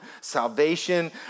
salvation